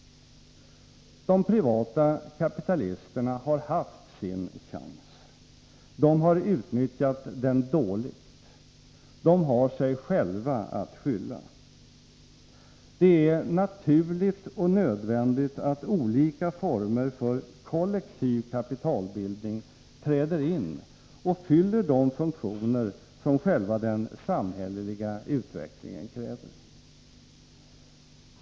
De privata kapitalisterna har haft sin chans. De har utnyttjat den dåligt. De har sig själva att skylla. Det är naturligt och nödvändigt att olika former för kollektiv kapitalbildning träder in och fyller de funktioner som själva den samhälleliga utvecklingen kräver.